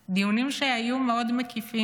הדיונים היו מאוד מקיפים,